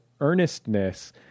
earnestness